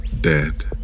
dead